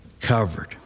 covered